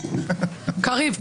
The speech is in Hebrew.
קריב.